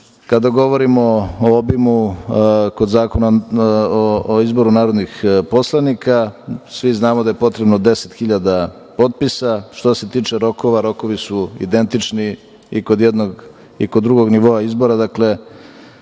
govorimo o obimu, kod Zakona o izboru narodnih poslanika svi znamo da je potrebno 10.000 potpisa. Što se tiče rokova, rokovi su identični i kod jednog i kod drugog nivoa izbora.